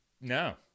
no